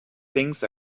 things